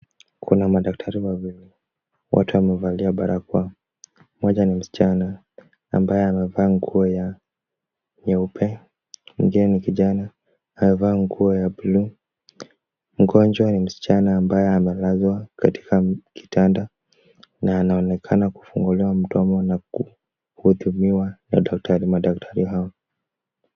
Kuna madaktari wawili, wote wamevalia barakoa. Mmoja ni msichana ambaye amevaa nguo ya nyeupe, mwingine ni kijana amevaa nguo ya blue . Mgonjwa ni msichana ambaye amelazwa katika kitanda na anaonekana kufunguliwa mdomo na kuhudumiwa na madaktari hawa.